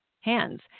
hands